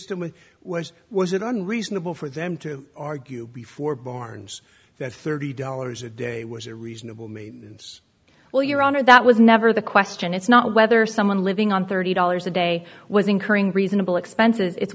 whereas was it unreasonable for them to argue before barnes that thirty dollars a day was a reasonable means well your honor that was never the question it's not whether someone living on thirty dollars a day was incurring reasonable expenses it's